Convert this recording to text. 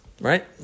right